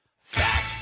Fact